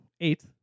Eight